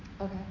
Okay